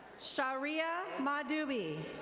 sharia madouby.